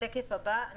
(שקף: תקציב שהוקצה לרשויות מקומיות).